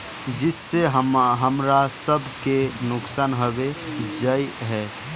जिस से हमरा सब के नुकसान होबे जाय है?